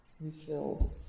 refilled